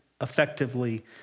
effectively